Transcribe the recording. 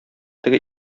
теге